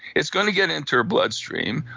it's going to get into her bloodstream.